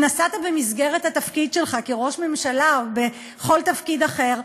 אם נסעת במסגרת התפקיד שלך כראש ממשלה או בכל תפקיד אחר,